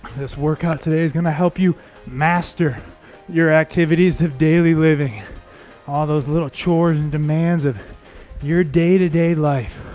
this workout today is gonna help you master your activities of daily living all those little chores and demands of your day-to-day life